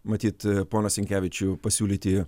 matyt poną sinkevičių pasiūlyti